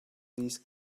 these